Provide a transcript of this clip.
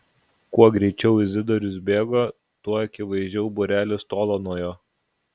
kuo greičiau izidorius bėgo tuo akivaizdžiau būrelis tolo nuo jo